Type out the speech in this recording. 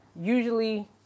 usually